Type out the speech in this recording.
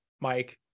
Mike